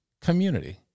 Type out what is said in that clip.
community